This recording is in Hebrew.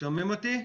שומעים אותי?